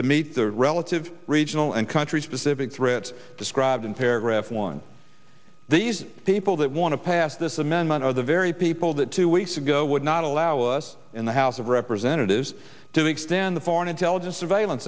to meet the relative regional and country specific threats described in paragraph one these people that want to pass this amendment are the very people that two weeks ago would not allow us in the house of representatives to extend the foreign intelligence surveillance